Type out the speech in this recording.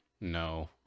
no